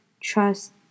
trust